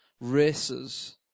races